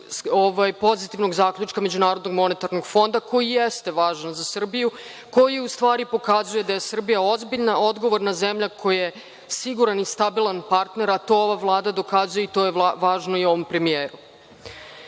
pozitivnog zaključka MMF, koji jeste važan za Srbiju, koji u stvari pokazuje da je Srbija ozbiljna, odgovorna zemlja koja je siguran i stabilan partner, a to ova Vlada dokazuje i to je važno i ovom premijeru. Jako